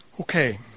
Okay